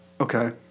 Okay